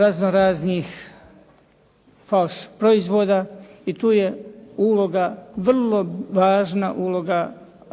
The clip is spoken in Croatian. raznoraznih falš proizvoda i tu je uloga vrlo važna uloga